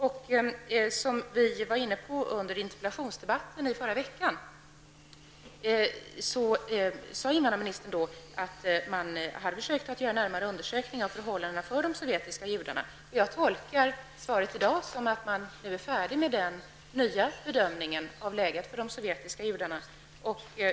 Invandrarministern sade i interpellationsdebatten förra veckan att man hade försökt att göra närmare undersökningar av förhållandena för de sovjetiska judarna. Jag tolkar svaret i dag som att man nu är färdig med den nya bedömningen av läget för de sovjetiska judarna.